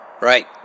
Right